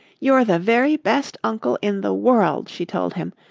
you're the very best uncle in the world, she told him.